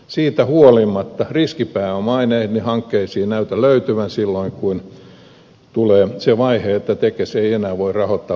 siitä huolimatta riskipääomaa ei näihin hankkeisiin näytä löytyvän silloin kun tulee se vaihe että tekes ei enää voi rahoittaa varsinaista liiketoimintaa